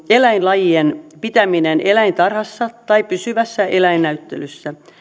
eläinlajien pitäminen eläintarhassa tai pysyvässä eläinnäyttelyssä